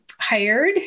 hired